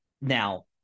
Now